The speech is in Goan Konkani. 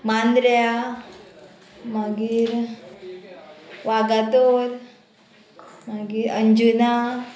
मांद्र्या मागीर वागातोर मागीर अंजुना